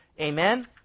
Amen